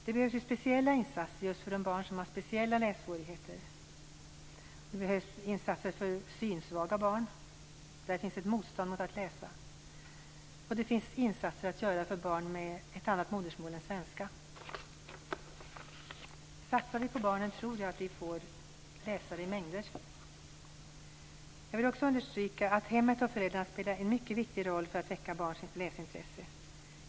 Det behövs speciella insatser just för de barn som har speciella lässvårigheter. Det behövs insatser för synsvaga barn. Hos dem finns ett motstånd mot att läsa. Det finns insatser att göra för barn med ett annat modersmål än svenska. Satsar vi på barnen, får vi läsare i mängder. Jag vill understryka att hemmet och föräldrarna spelar en mycket viktig roll för att väcka barns läsintresse.